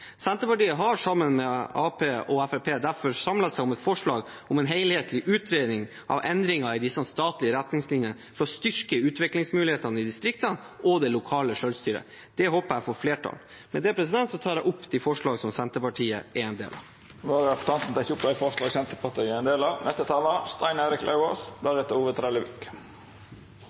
Senterpartiet har sammen med Arbeiderpartiet samlet seg om et forslag om en helhetlig utredning av endringer i statlige retningslinjer for å styrke utviklingsmulighetene i distriktene og det lokale selvstyret. Det håper jeg får flertall. Med det tar jeg opp det forslaget som Senterpartiet har sammen med Arbeiderpartiet. Representanten Willfred Nordlund har teke opp